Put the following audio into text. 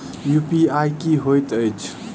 UPI की होइत अछि